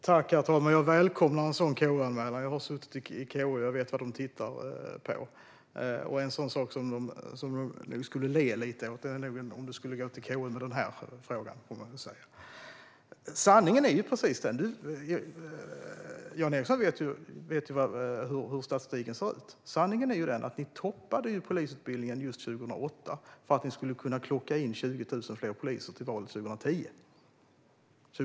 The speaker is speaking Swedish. Herr talman! Jag välkomnar en sådan KU-anmälan. Jag har suttit i KU. Jag vet vad de tittar på. En sådan sak som de nog skulle le lite åt är om du skulle gå till KU med den här frågan. Jan Ericson vet hur statistiken ser ut. Sanningen är den att ni toppade polisutbildningen just 2008 för att ni skulle kunna klocka in 20 000 fler poliser till valet 2010.